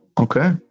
Okay